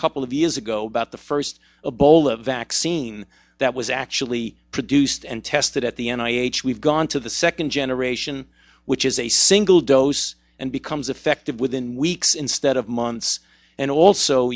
couple of years ago about the first a bowl a vaccine that was actually produced and tested at the end i h we've gone to the second generation which is a single dose and becomes effective within weeks instead of months and also